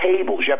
tables